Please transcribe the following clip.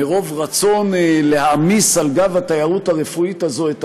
מרוב רצון להעמיס על גב התיירות הרפואית הזאת את